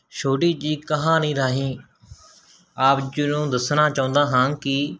ਛੋਟੀ ਜਿਹੀ ਕਹਾਣੀ ਰਾਹੀਂ ਆਪ ਜੀ ਨੂੰ ਦੱਸਣਾ ਚਾਹੁੰਦਾ ਹਾਂ ਕਿ